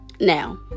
Now